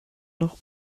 noch